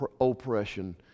oppression